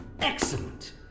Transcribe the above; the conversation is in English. Excellent